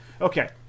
Okay